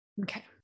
Okay